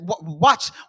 watch